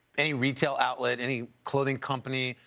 any retail outlet, any clothing company,